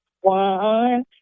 one